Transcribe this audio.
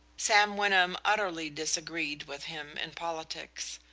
sam wyndham utterly disagreed with him in politics,